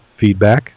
feedback